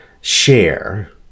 share